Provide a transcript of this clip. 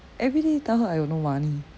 everyday tell her I got no money